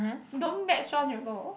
don't match one you know